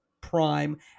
prime